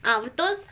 ah betul